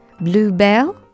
bluebell